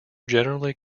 generally